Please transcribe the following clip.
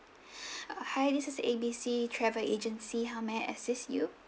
hi this is A B C travel agency how may I assist you